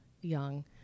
young